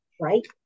Right